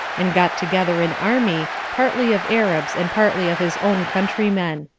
and got together an army, partly of arabs, and partly of his own countrymen.